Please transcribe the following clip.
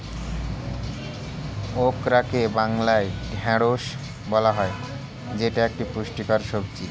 ওকরাকে বাংলায় ঢ্যাঁড়স বলা হয় যেটা একটি পুষ্টিকর সবজি